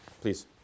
Please